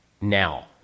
now